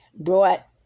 brought